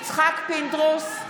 יצחק פינדרוס,